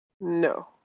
No